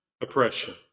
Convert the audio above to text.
oppression